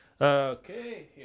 Okay